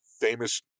famous